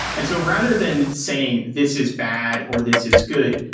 and so rather than saying this is bad or this is good,